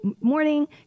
morning